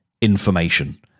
information